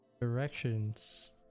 Directions